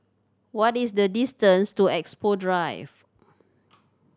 what is the distance to Expo Drive